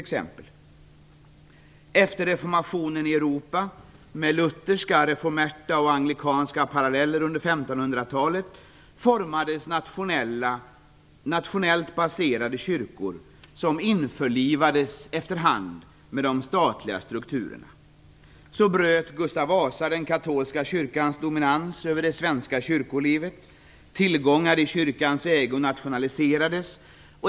Efter reformationen i Europa, med lutherska, reformerta och anglikanska paralleller under 1500-talet, formades nationellt baserade kyrkor som efterhand införlivades med de statliga strukturerna. Så bröt Gustav Vasa den katolska kyrkans dominans över det svenska kyrkolivet och tillgångar i kyrkans ägo nationaliserades.